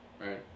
right